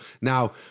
now